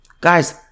Guys